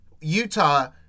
Utah